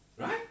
right